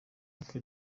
uko